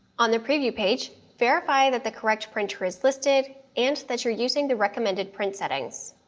on the preview page, verify that the correct printer is listed and that you're using the recommended print settings.